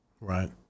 Right